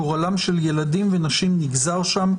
גורלם של ילדים ונשים נגזר שם,